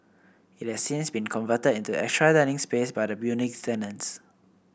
it has since been converted into extra dining space by the building's tenants